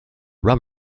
rum